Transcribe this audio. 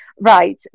right